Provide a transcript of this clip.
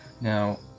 Now